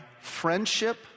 friendship